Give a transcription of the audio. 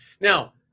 Now